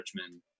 Richmond